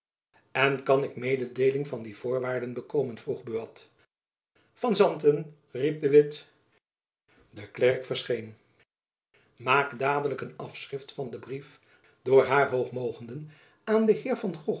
en kan ik mededeeling van die voorwaarden bekomen vroeg buat van santen riep de witt de klerk verscheen maak dadelijk een afschrift van den brief door haar hoog mogenden aan den